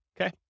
Okay